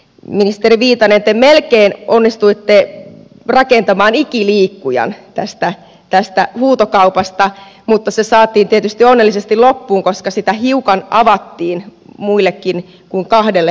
ministeri viitanen te melkein onnistuitte rakentamaan ikiliikkujan tästä huutokaupasta mutta se saatiin tietysti onnellisesti loppuun koska sitä hiukan avattiin muillekin kuin kahdelle toimijalle